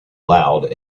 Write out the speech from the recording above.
loud